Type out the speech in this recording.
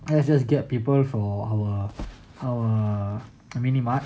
let's just get people from from our our family mart